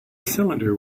cylinder